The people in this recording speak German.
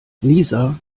nieser